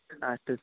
तत्